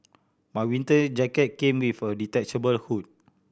my winter jacket came with a detachable hood